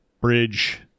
bridge